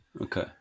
Okay